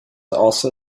also